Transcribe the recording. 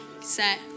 Set